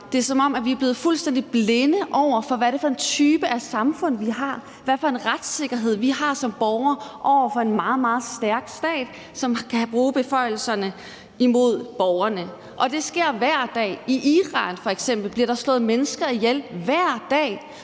Det er, som om vi er blevet fuldstændig blinde over for, hvad det er for en type af samfund, vi har, og hvad for en retssikkerhed vi har som borgere over for en meget, meget stærk stat, som kan bruge beføjelserne imod borgerne – og det sker hver dag. F.eks. bliver der i Iran hver dag slået mennesker ihjel, blot